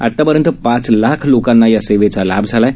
आतापर्यंत पाच लाख लोकांना या सेवेचा लाभ झाला आहे